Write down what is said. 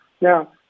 Now